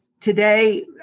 today